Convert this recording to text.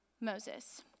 Moses